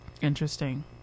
Interesting